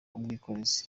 ubwikorezi